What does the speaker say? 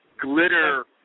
glitter